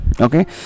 okay